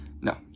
No